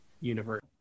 universe